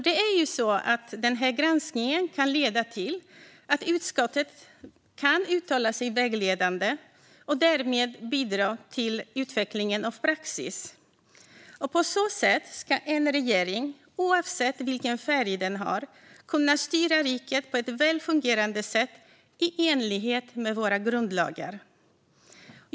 Denna granskning kan ju leda till att utskottet kan uttala sig vägledande och därmed bidra till utvecklingen av praxis. På så sätt ska en regering, oavsett vilken färg den har, kunna styra riket på ett välfungerande sätt i enlighet med våra grundlagar.